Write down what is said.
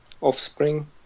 offspring